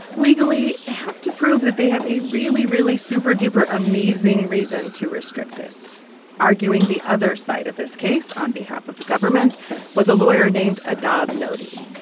legally they have to prove that they have a really, really, super, duper, amazing reason to restrict it arguing the other side of this case, on behalf of the government was a lawyer named adav noti.